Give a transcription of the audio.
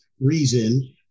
reason